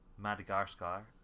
Madagascar